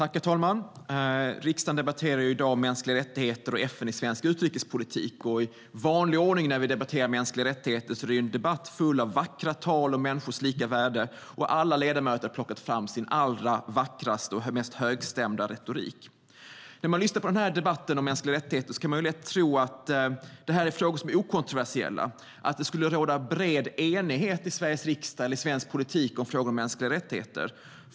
Herr talman! Riskdagen debatterar i dag mänskliga rättigheter och FN i svensk utrikespolitik. I vanlig ordning när vi debatterar mänskliga rättigheter är det en debatt full av vackra tal om människors lika värde. Alla ledamöter har plockat fram sin allra vackraste och mest högstämda retorik. När man lyssnar på debatten om mänskliga rättigheter kan man lätt tro att det här är frågor som är okontroversiella och att det råder bred enighet i Sveriges riksdag eller i svensk politik om frågor om mänskliga rättigheter.